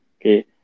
okay